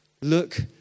Look